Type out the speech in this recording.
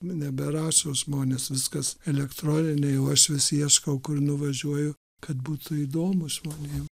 nu neberašo žmonės viskas elektroniniai o aš vis ieškau kur nuvažiuoju kad būtų įdomu žmonėm